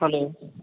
hello